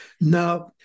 Now